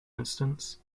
instance